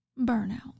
burnout